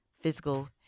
physical